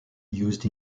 used